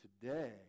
today